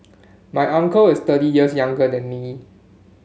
my uncle is thirty years younger than me